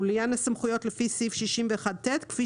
ולעניין הסמכויות לפי סעיף 61ט כפי